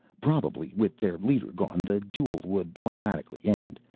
probably with their leader gone, the duel would automatically end.